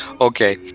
okay